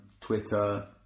Twitter